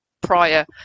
prior